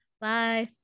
Bye